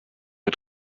der